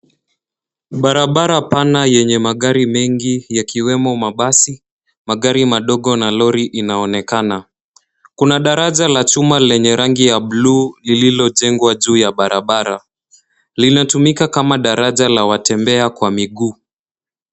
Barabara pana yenye magari mengi yakiwemo mabasi, magari madogo na lori inaonekana. Kuna daraja la chuma lenye rangi ya bluu lililojengwa juu ya barabara. Linatumika kama daraja la watembea kwa miguu.